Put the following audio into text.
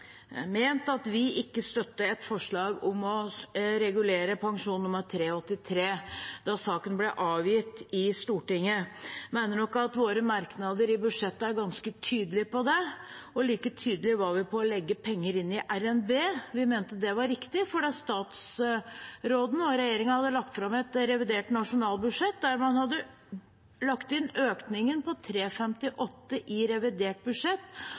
ment at vi ikke støttet et forslag om å regulere pensjonene med 3,83 pst. da saken ble avgitt i Stortinget. Vi mener nok at våre merknader i budsjettet er ganske tydelige på det. Like tydelige var vi på å legge penger inn i RNB. Vi mente det var riktig fordi statsråden og regjeringen hadde lagt fram et revidert nasjonalbudsjett der man hadde lagt inn økningen på 3,58 pst. i revidert budsjett,